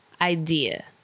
idea